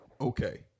Okay